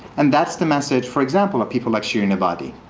and that's the message, for example, of people like shirin ebadi.